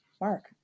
Mark